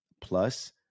plus